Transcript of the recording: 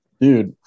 Dude